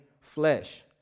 flesh